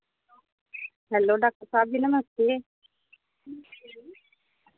hello doctor साहब जी नमस्ते